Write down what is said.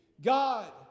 God